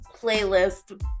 playlist